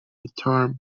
guitar